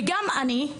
וגם אני,